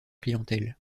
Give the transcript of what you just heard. clientèle